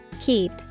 Keep